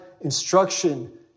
instruction